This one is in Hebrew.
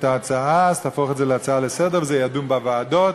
ההצעה אז תהפוך את זה להצעה לסדר-היום וזה יידון בוועדות.